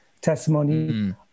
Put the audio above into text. testimony